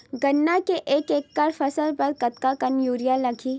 गन्ना के एक एकड़ फसल बर कतका कन यूरिया लगही?